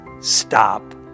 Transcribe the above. Stop